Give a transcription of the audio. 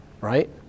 right